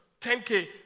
10k